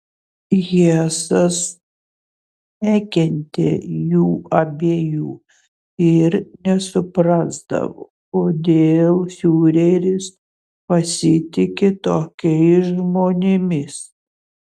hesas nekentė jų abiejų ir nesuprasdavo kodėl fiureris pasitiki tokiais žmonėmis